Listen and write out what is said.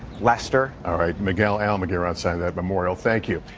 lester? all right, miguel almaguer outside that memorial, thank you.